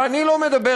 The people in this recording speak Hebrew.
ואני לא מדבר,